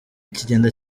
kigenda